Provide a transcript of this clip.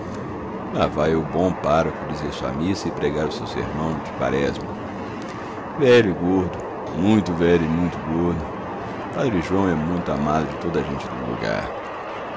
lá vai o bom pároco dizer a sua missa e pregar o seu sermão de quaresma velho e gordo muito velho e muito gordo padre joão é muito amado de toda a gente do lugar